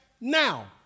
now